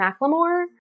McLemore